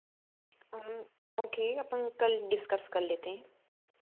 बाकी अपन कल डिस्कस कर लेते हैं